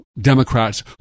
Democrats